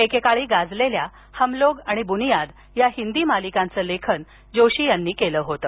एकेकाळी गाजलेल्या हमलोग आणि ब्रुनियाद या हिन्दी मालिकांचं लेखन जोशी यांनी केलं होतं